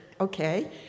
okay